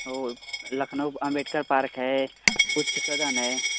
वो लखनऊ अंबेडकर पार्क है उच्च सदन है